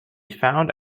found